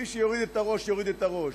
מי שיוריד את הראש, יוריד את הראש.